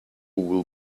will